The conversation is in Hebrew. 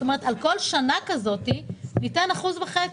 זאת אומרת, על כל שנה כזאת, ניתן אחוז וחצי.